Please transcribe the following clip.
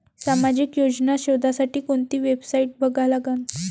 सामाजिक योजना शोधासाठी कोंती वेबसाईट बघा लागन?